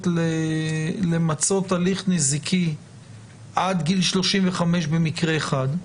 למצות הליך נזיקי עד גיל 35 במקרה אחד.